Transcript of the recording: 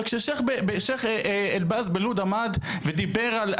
אבל כששיח' אלבז בלוד עמד ודיבר,